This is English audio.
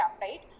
right